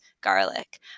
garlic